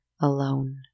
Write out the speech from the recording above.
alone